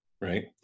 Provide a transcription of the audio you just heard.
right